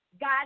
God